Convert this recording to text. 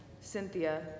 Cynthia